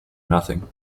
nothing